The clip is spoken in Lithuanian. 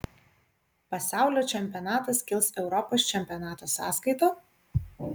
pasaulio čempionatas kils europos čempionato sąskaita